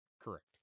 correct